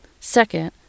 Second